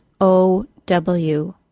O-W